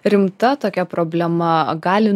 rimta tokia problema gali